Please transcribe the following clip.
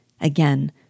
again